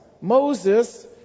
Moses